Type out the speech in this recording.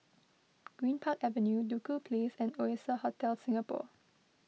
Greenpark Avenue Duku Place and Oasia Hotel Singapore